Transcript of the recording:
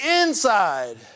inside